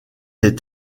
est